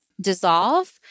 dissolve